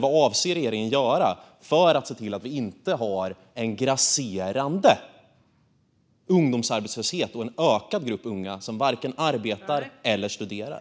Vad avser regeringen att göra för att se till att vi inte får en grasserande ungdomsarbetslöshet och en ökad grupp unga som varken arbetar eller studerar?